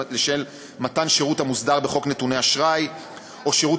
מתן שירות המוסדר בחוק נתוני אשראי או שירות